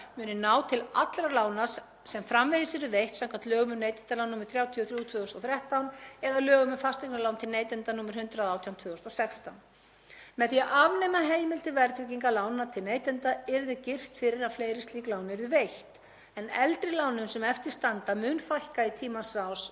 Með því að afnema heimild til verðtryggingar lána til neytenda yrði girt fyrir að fleiri slík lán yrðu veitt en eldri lánum sem eftir standa myndi fækka í tímans rás með uppgreiðslum á þeim. Þannig er hér um að ræða eitt skref af fleiri í nauðsynlegri endurskipulagningu á lánaumhverfi neytenda á Íslandi.